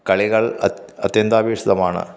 കളികൾ അത് അത്യന്താപേക്ഷിതമാണ്